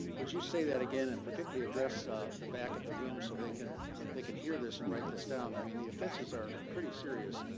would you say that again, and particularly address the back of the room so they can they can hear this and write this down? i mean, the offenses are pretty serious.